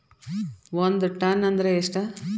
ಒಂದ್ ಟನ್ ಅಂದ್ರ ಎಷ್ಟ?